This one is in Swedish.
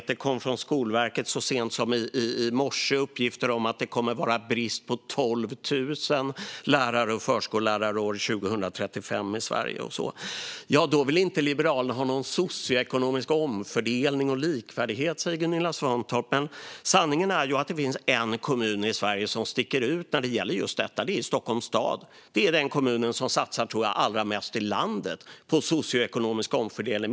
Så sent som i morse kom det uppgifter från Skolverket om att det år 2035 kommer att vara brist på 12 000 lärare och förskollärare i Sverige. Liberalerna vill inte ha någon socioekonomisk omfördelning och likvärdighet, säger Gunilla Svantorp. Men sanningen är att det finns en kommun i Sverige som sticker ut när det gäller just det; Stockholms stad är den kommun som, tror jag, satsar allra mest i landet på socioekonomisk omfördelning.